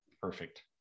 Perfect